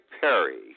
Perry